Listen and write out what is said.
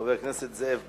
חבר הכנסת זאב בוים,